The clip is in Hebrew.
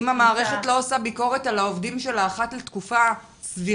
אם המערכת לא עושה ביקורת על העובדים שלה אחת לתקופה סבירה,